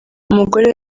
umugore